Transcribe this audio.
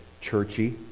churchy